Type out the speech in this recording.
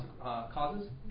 causes